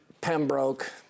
Pembroke